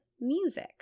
music